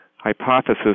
hypothesis